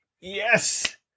yes